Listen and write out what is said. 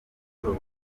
atowe